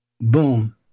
boom